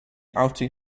outed